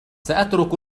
سأترك